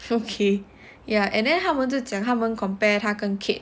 okay ya and then 他们就讲他们 compared 他跟 kate